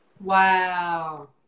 Wow